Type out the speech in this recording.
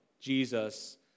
Jesus